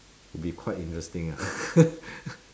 would be quite interesting